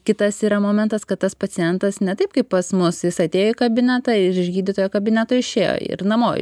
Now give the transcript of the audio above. kitas yra momentas kad tas pacientas ne taip kaip pas mus jis atėjo į kabinetą ir iš gydytojo kabineto išėjo ir namo